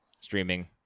streaming